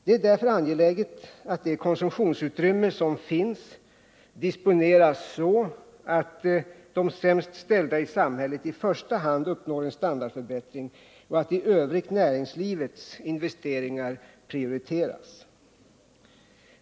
Det är därför angeläget att det konsumtionsutrymme som finns disponeras så att de sämst ställda i samhället i första hand uppnår en standardförbättring och att i övrigt näringslivets investeringar prioriteras.